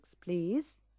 please